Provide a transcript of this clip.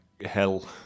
hell